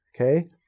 Okay